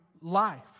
life